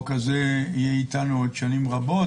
החוק הזה יהיה איתנו עוד שנים רבות,